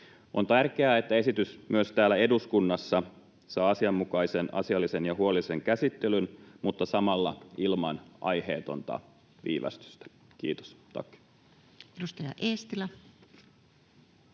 On tärkeää, että esitys myös täällä eduskunnassa saa asianmukaisen, asiallisen ja huolellisen käsittelyn mutta samalla ilman aiheetonta viivästystä. — Kiitos, tack.